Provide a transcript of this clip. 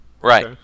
Right